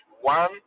one